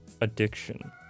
addiction